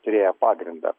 turėjo pagrindo